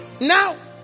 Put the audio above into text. Now